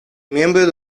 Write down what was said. miembro